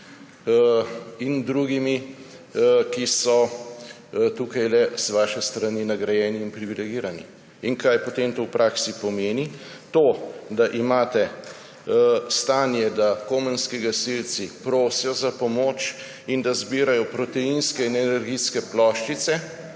in drugimi, ki so tukaj z vaše strani nagrajeni in privilegirani. In kaj potem to v praksi pomeni? To, da imate stanje, da komenski gasilci prosijo za pomoč in zbirajo proteinske in energijske ploščice.